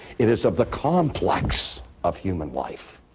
it is of the complex of human life,